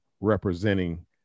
representing